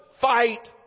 fight